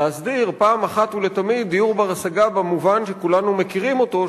להסדיר פעם אחת ולתמיד דיור בר-השגה במובן שכולנו מכירים אותו,